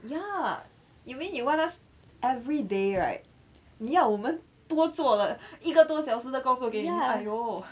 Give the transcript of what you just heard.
ya you mean you want us everyday right 你要我们多了一个多小时的工作给你 !aiyo!